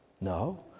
No